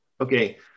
Okay